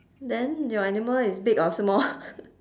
then your animal is big or small